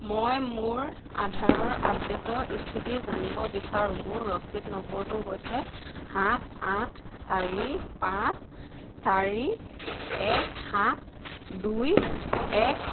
মই মোৰ আধাৰৰ আপডেটৰ স্থিতি জানিব বিচাৰোঁ মোৰ ৰচিদ নম্বৰটো হৈছে সাত আঠ চাৰি পাঁচ চাৰি এক সাত দুই এক